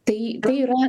tai tai yra